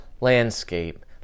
landscape